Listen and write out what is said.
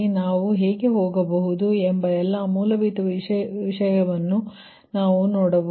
ನಾವು ಹೇಗೆ ಹೋಗಬಹುದು ಎಂಬ ಎಲ್ಲಾ ಮೂಲಭೂತ ವಿಷಯವನ್ನು ನಾವು ನೋಡುತ್ತೇವೆ